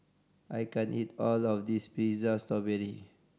I can't eat all of this pizza strawberry